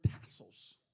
tassels